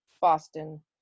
Boston